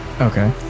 Okay